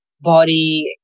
body